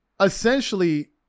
essentially